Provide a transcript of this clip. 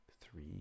three